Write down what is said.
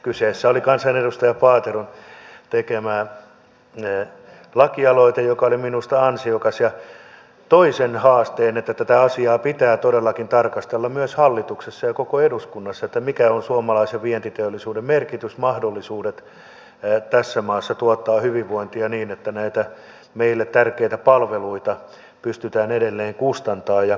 kyseessä oli kansanedustaja paateron tekemä lakialoite joka oli minusta ansiokas ja toi sen haasteen että tätä asiaa pitää todellakin tarkastella myös hallituksessa ja koko eduskunnassa mikä on suomalaisen vientiteollisuuden merkitys ja mahdollisuudet tässä maassa tuottaa hyvinvointia niin että näitä meille tärkeitä palveluita pystytään edelleen kustantamaan